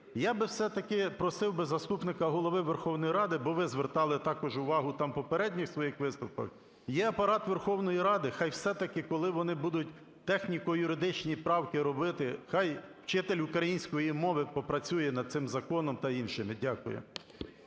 Я би, все-таки, просив би заступника Голови Верховної Ради, бо ви звертали також увагу там в попередніх своїх виступах, є Апарат Верховної Ради, хай все-таки коли вони будуть техніко-юридичні правки робити, хай вчитель української мови попрацює над цим законом та іншими. Дякую.